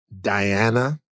Diana